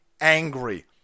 angry